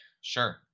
Sure